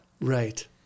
Right